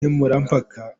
nkemurampaka